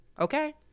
okay